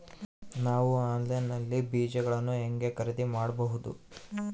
ನಾವು ಆನ್ಲೈನ್ ನಲ್ಲಿ ಬೇಜಗಳನ್ನು ಹೆಂಗ ಖರೇದಿ ಮಾಡಬಹುದು?